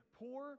poor